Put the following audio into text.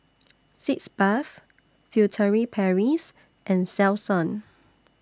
Sitz Bath Furtere Paris and Selsun